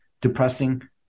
depressing